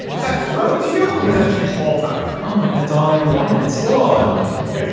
because that throwing to you too small time for all yeah um right that's all i ever wanted. that's still all i wanted to be.